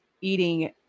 eating